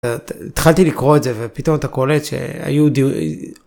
התחלתי לקרוא את זה, ופתאום אתה קולט ש...